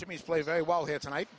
to me play very well here tonight